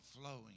flowing